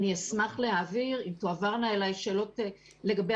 אני אשמח להעביר אם תועברנה אליי שאלות לגבי